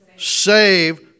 save